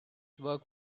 work